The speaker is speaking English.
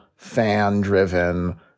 fan-driven